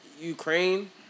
Ukraine